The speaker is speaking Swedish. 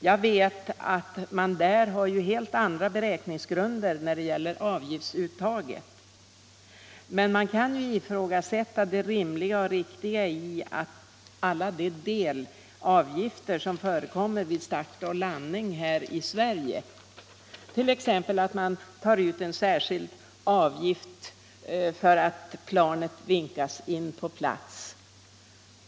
Jag vet att man där har helt andra beräkningsgrunder när - Nr 63 det gäller avgiftsuttaget, men man kan ifrågasätta det rimliga och riktiga Tisdagen den i alla de delavgifter som förekommer vid start och landning här i Sverige, 10 februari 1976 1. ex. en särskild avgift för att planet vinkas in på plats.